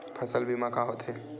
फसल बीमा का होथे?